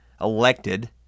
elected